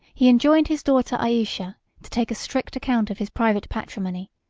he enjoined his daughter ayesha to take a strict account of his private patrimony,